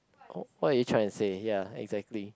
what are you trying to say ya exactly